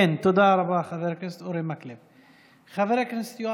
תודה רבה, חבר הכנסת אורי מקלב.